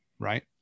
right